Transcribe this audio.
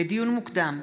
לדיון מוקדם,